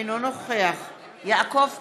אינו נוכח יעקב פרי,